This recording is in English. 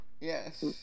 Yes